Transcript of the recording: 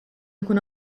nkun